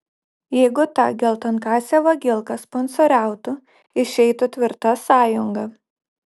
jeigu ta geltonkasė vagilka sponsoriautų išeitų tvirta sąjunga